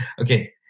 Okay